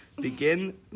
Begin